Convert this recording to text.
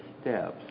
steps